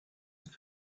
have